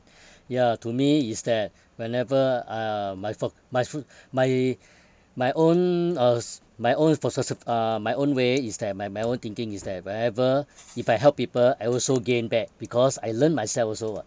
ya to me is that whenever uh my foc~ my food my my own uh s~ my own positive uh my own way is that my my own thinking is that whenever if I help people I also gain back because I learn myself also [what]